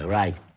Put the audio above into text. right